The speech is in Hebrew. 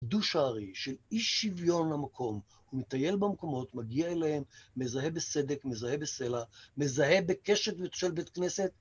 דו שערי, של אי שוויון למקום, הוא מטייל במקומות, מגיע אליהם, מזהה בסדק, מזהה בסלע, מזהה בקשת של בית כנסת.